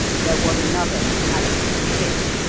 there was another metallic click,